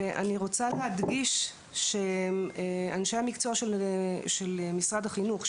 אני רוצה להדגיש שאנשי המקצוע של משרד החינוך,